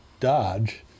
dodge